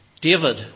David